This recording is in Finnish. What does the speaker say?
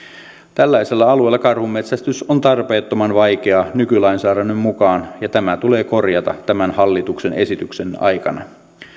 tällaisella alueella karhunmetsästys on tarpeettoman vaikeaa nykylainsäädännön mukaan ja tämä tulee korjata tämän hallituksen esityksen käsittelyn aikana